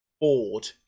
bored